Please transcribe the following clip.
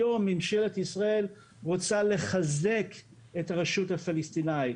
היום ממשלת ישראל רוצה לחזק את הרשות הפלסטינאית.